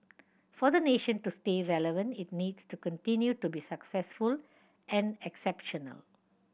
for the nation to stay relevant it needs to continue to be successful and exceptional